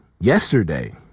yesterday